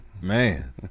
Man